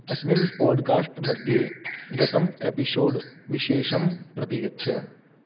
अस्मिन् पाड्कास्ट्मध्ये गतं एपिशोड् विशेषं प्रति गच्छ